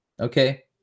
okay